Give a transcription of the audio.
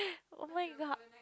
oh-my-god